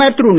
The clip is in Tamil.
பிரதமர் திரு